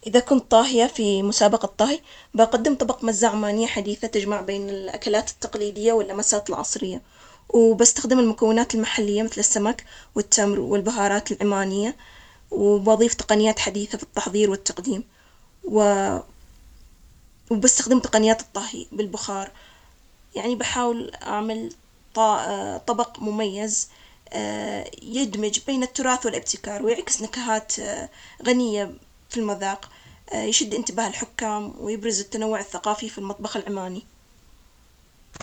إذا كنت طاهية في مسابقة طهي بقدم طبق مزة عمانية حديثة تجمع بين الأكلات التقليدية واللمسات العصرية، وبستخدم المكونات المحلية مثل السمك والتمر والبهارات العمانية، وبضيف تقنيات حديثة في التحضير والتقديم و- وبستخدم تقنيات الطهي بالبخار، يعني بحاول أعمل طا- طبق مميز. يدمج بين التراث والابتكار، ويعكس نكهات غنية في المذاق، يشد انتباه الحكام، ويبرز التنوع الثقافي في المطبخ العماني.